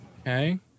Okay